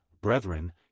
brethren